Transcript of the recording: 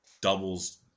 doubles